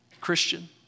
Christian